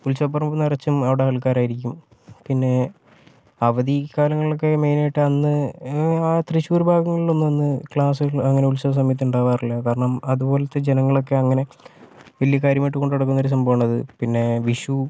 ഉത്സവപ്പറമ്പ് നിറച്ചും അവിടെ ആൾക്കാരായിരിക്കും പിന്നെ അവധി കാലങ്ങളിലൊക്കെ മെയിനായിട്ട് അന്ന് തൃശ്ശൂർ ഭാഗങ്ങളിലൊന്നും അന്ന് ക്ലാസുകൾ അങ്ങനെ ഉത്സവ സമയത്ത് ഉണ്ടാവാറില്ല കാരണം അതുപോലത്തെ ജനങ്ങളൊക്കെ അങ്ങനെ വലിയ കാര്യമായിട്ട് കൊണ്ടുനടക്കുന്ന ഒരു സംഭവമാണത് പിന്നെ വിഷു